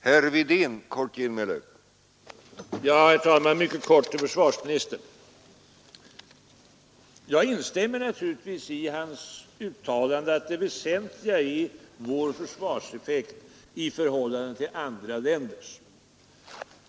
Herr talman! Jag skall rikta mig till försvarsministern. Jag instämmer naturligtvis i hans uttalande att det väsentliga är vårt försvars effekt i förhållande till andra länders.